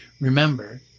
Remember